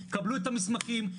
קבלו את המסמכים,